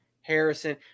Harrison